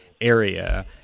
area